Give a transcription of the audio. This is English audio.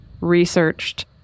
researched